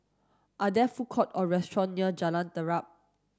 are there food court or restaurant near Jalan Terap